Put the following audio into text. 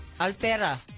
Altera